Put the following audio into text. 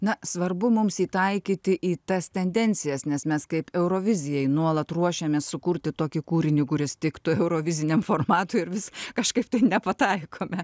na svarbu mums įtaikyti į tas tendencijas nes mes kaip eurovizijai nuolat ruošiamės sukurti tokį kūrinį kuris tiktų euroviziniam formatui ir vis kažkaip tai nepataikome